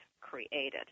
created